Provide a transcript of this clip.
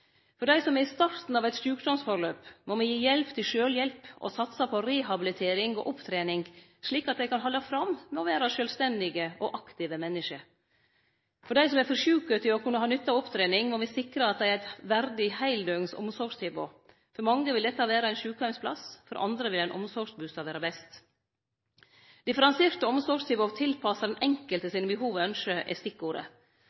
For dei som er i starten av ei sjukdomsutvikling, må me gi hjelp til sjølvhjelp og satse på rehabilitering og opptrening, slik at dei kan halde fram med å vere sjølvstendige og aktive menneske. For dei som er for sjuke til å kunne ha nytte av opptrening, må me sikre at dei har eit verdig heildøgns omsorgstilbod – for mange vil dette vere ein sjukeheimsplass, for andre vil ein omsorgsbustad vere best. Differensierte omsorgstilbod tilpassa den enkelte